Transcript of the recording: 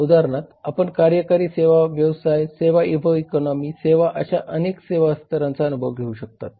उदाहरणार्थ आपण कार्यकारी सेवा व्यवसाय सेवा व इकॉनॉमि सेवा अशा अनेक सेवा स्तरांचा अनुभव घेऊ शकतात